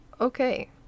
Okay